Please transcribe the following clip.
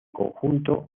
conjunto